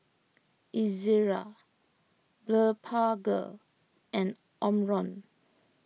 Ezerra Blephagel and Omron